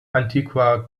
antiqua